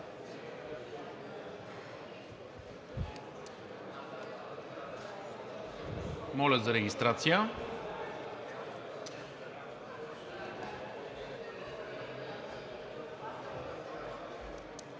моля за регистрация.